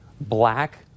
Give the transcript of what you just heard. black